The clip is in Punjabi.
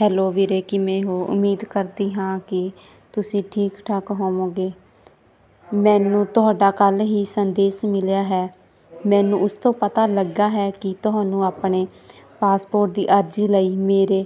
ਹੈਲੋ ਵੀਰੇ ਕਿਵੇਂ ਹੋ ਉਮੀਦ ਕਰਦੀ ਹਾਂ ਕੀ ਤੁਸੀਂ ਠੀਕ ਠਾਕ ਹੋਵੋਗੇ ਮੈਨੂੰ ਤੁਹਾਡਾ ਕੱਲ ਹੀ ਸੰਦੇਸ ਮਿਲਿਆ ਹੈ ਮੈਨੂੰ ਉਸ ਤੋਂ ਪਤਾ ਲੱਗਾ ਹੈ ਕੀ ਤੁਹਾਨੂੰ ਆਪਨੇ ਪਾਸਪੋਰਟ ਦੀ ਅਰਜ਼ੀ ਲਈ ਮੇਰੇ